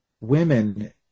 women